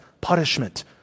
punishment